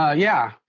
ah yeah.